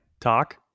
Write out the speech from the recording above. talk